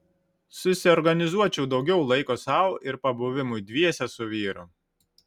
susiorganizuočiau daugiau laiko sau ir pabuvimui dviese su vyru